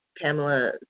Pamela